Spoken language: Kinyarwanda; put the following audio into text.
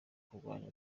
kurwanya